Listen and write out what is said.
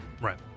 Right